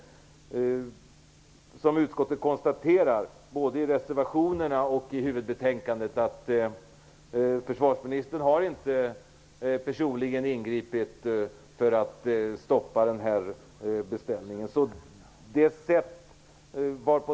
Utskottet konstaterar både i reservationerna och i huvudbetänkandet att försvarsministern personligen inte har ingripit för att stoppa beställningen.